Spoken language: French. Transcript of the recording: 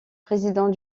président